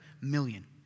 million